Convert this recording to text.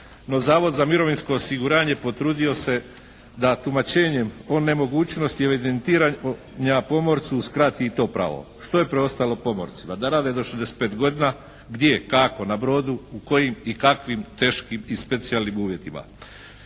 Zavod za mirovinsko osiguranje potrudio se da tumačenjem o nemogućnosti evidentiranja pomorcu uskrati i to pravo. Što je preostalo pomorcima? Da rade do 65 godina. Gdje, kako? Na brodu. U kojim i kakvim teškim i specijalnim uvjetima?